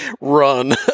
run